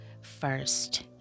first